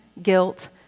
guilt